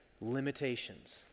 limitations